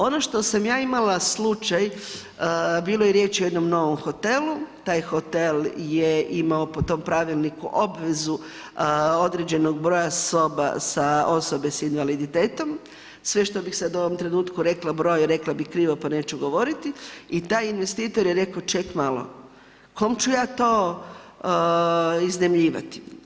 Ono što sam ja imala slučaj, bilo je riječi o jednom novom hotelu, taj hotel je imao po tom pravilniku obvezu određenog broja soba za osobe s invaliditetom, sve što bi sad u ovom trenutku rekla broj, rekla bih krivo pa neću govoriti i taj investitor je rekao ček malo, kom ću ja to iznajmljivati?